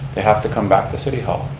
they have to come back to city hall,